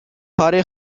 کار